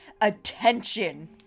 attention